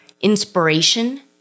inspiration